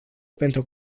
pentru